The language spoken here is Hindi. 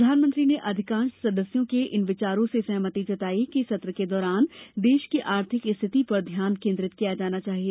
प्रधानमंत्री ने अधिकांश सदस्यों के इन विचारों से सहमति जताई कि सत्र के दौरान देश की आर्थिक स्थिति पर ध्यान केन्द्रित किया जाना चाहिए